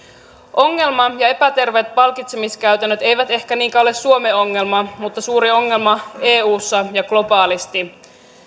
ongelma ja epäterveet palkitsemiskäytännöt eivät ehkä niinkään ole suomen ongelma mutta suuri ongelma eussa ja globaalisti